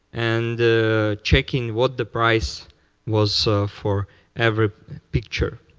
and checking what the price was for every picture,